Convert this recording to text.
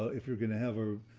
if you're going to have a,